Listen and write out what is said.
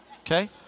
Okay